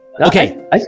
Okay